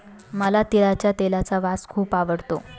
मला तिळाच्या तेलाचा वास खूप आवडतो